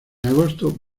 agosto